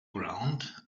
ground